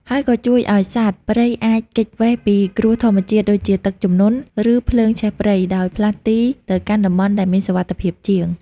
ហើយក៏ជួយឱ្យសត្វព្រៃអាច គេចវេសពីគ្រោះធម្មជាតិ ដូចជាទឹកជំនន់ ឬភ្លើងឆេះព្រៃ ដោយផ្លាស់ទីទៅកាន់តំបន់ដែលមានសុវត្ថិភាពជាង។